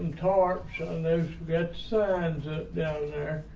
car gets down there.